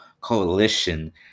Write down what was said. coalition